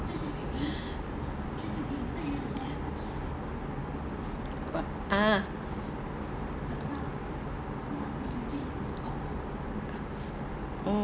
ah mm